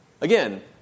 Again